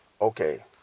okay